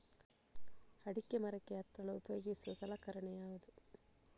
ಅಡಿಕೆ ಮರಕ್ಕೆ ಹತ್ತಲು ಉಪಯೋಗಿಸುವ ಸಲಕರಣೆ ಯಾವುದು?